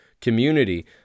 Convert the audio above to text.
community